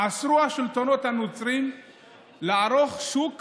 אסרו השלטונות הנוצריים לערוך שוק